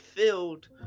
filled